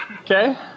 Okay